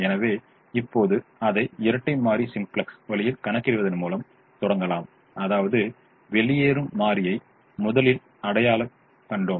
எனவே இப்போது அதை இரட்டை மாறி சிம்ப்ளக்ஸ் வழியில் கணக்கிடுவதன் மூலம் தொடங்கலாம் அதாவது வெளியேறும் மாறியை முதலில் அடையாளம் காண்போம்